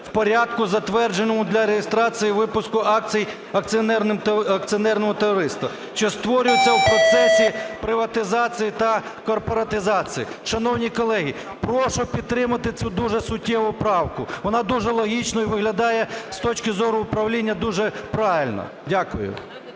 в порядку затвердженому для реєстрації випуску акцій акціонерного товариства, що створюється в процесі приватизації та корпоратизації. Шановні колеги, прошу підтримати цю дуже суттєву правку, вона дуже логічною виглядає, з точки зору управління дуже правильно. Дякую.